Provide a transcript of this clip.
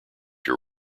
your